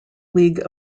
league